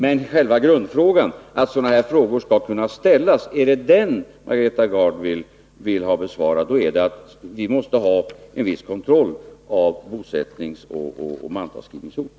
Men är det själva grundfrågan, om sådana här frågor skall kunna ställas, Margareta Gard vill ha besvarad, så är svaret att vi måste ha viss kontroll över bosättningsoch mantalsskrivningsort.